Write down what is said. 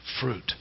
fruit